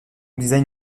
design